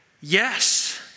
yes